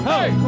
Hey